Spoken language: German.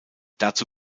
dazu